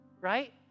right